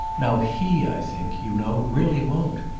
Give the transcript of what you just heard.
now he, i think, you know, really won't.